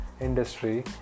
industry